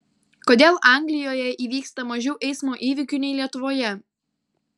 kodėl anglijoje įvyksta mažiau eismo įvykių nei lietuvoje